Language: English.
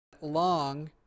long